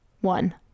one